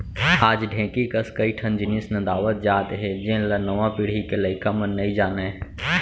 आज ढेंकी कस कई ठन जिनिस नंदावत जात हे जेन ल नवा पीढ़ी के लइका मन नइ जानयँ